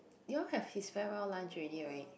you all have his farewell lunch already right